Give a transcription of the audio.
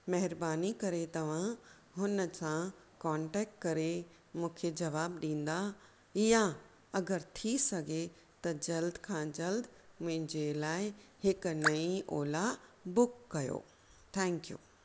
महिरबानी करे तव्हां हुन सां कॉंटेक्ट करे मूंखे जवाबु ॾींदा या अगरि थी सघे त जल्द खां जल्द मुंहिंजे लाइ हिकु नई ओला बुक कयो थैंक्यू